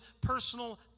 personal